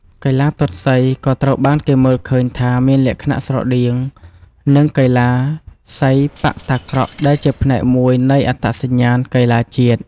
កីឡាទាត់សីក៏ត្រូវបានគេមើលឃើញថាមានលក្ខណៈស្រដៀង នឹងកីឡាសីប៉ាក់តាក្រក់ ដែលជាផ្នែកមួយនៃអត្តសញ្ញាណកីឡាជាតិ។